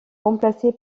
remplacé